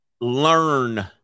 learn